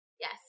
yes